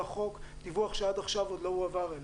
לחוק, דיווח שעד עכשיו עוד לא הועבר אליה.